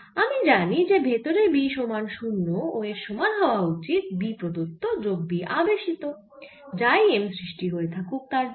আমি জানি যে ভেতরে B সমান 0 ও এর সমান হওয়া উচিত B প্রদত্ত যোগ B আবেশিত যাই M সৃষ্টি হয়ে থাকুক তার জন্য